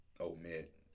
omit